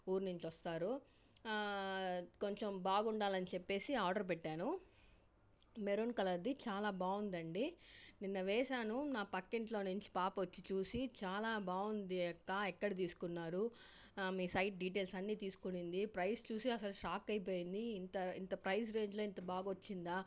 ఊరు నుంచి వస్తారు కొంచెం బాగుండాలి అని చెప్పి నేను ఆర్డర్ పెట్టాను మెరూన్ కలర్ది చాలా బాగుందండి నిన్న వేసాను నా పక్కింట్లో నుంచి పాప వచ్చి చూసి చాలా బాగుంది అక్క ఎక్కడ తీసుకున్నారు మీ సైట్ డీటెయిల్స్ అన్నీ తీసుకున్నింది ప్రైస్ చూసి అసలు షాక్ అయిపోయింది ఇంత ఇంత ప్రైస్ రేట్లో ఇంత బాగొచ్చింది